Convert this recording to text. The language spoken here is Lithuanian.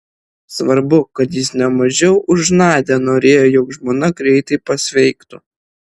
svarbu kad jis ne mažiau už nadią norėjo jog žmona greitai pasveiktų